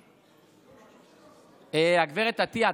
גב' עטייה,